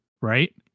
right